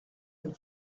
une